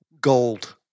gold